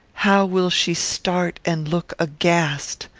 how will she start and look aghast!